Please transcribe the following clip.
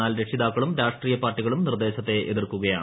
എന്നാൽ രക്ഷിതാക്കളും രാഷ്ട്രീയ പാർട്ടികളും നിർദ്ദേശത്തെ എതിർക്കുകയാണ്